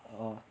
orh